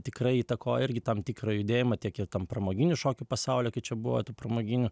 tikrai įtakoja irgi tam tikrą judėjimą tiek ir tam pramoginių šokių pasaulio kai čia buvo tų pramoginių